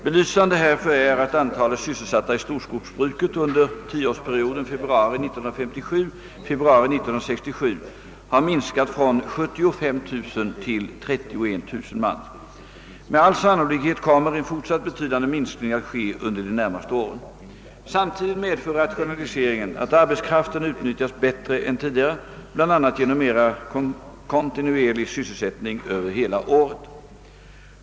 Belysande härför är att antalet sysselsatta i storskogsbruket under tioårsperioden februari 1957—februari 1967 har minskat från 75 000 till 31 000 man. Med all sannolikhet kommer en fortsatt betydande minskning att ske under de närmaste åren. Samtidigt medför rationaliseringen att arbetskraften utnyttjas bättre än tidigare, bl.a. genom mera kontinuerlig sysselsättning över hela året.